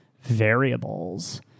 variables